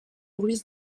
ruiz